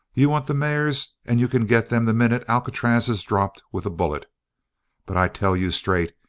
you want the mares and you can get them the minute alcatraz is dropped with a bullet but i tell you straight,